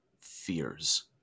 fears